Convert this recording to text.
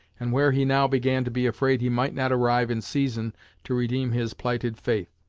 and where he now began to be afraid he might not arrive in season to redeem his plighted faith.